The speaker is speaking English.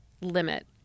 limit